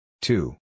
Two